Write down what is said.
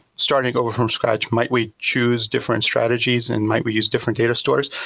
starting over from scratch, might we use different strategies and might we use different data stores?